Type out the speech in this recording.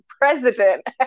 president